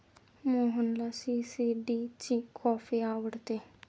मोहनला सी.सी.डी ची कॉफी आवडते